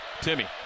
Timmy